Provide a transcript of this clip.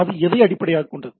அது எதை அடிப்படையாகக் கொண்டது